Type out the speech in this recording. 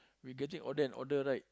we getting older and older right